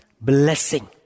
Blessing